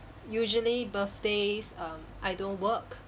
usually birthdays um I don't work